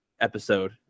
episode